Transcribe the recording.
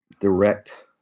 direct